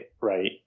right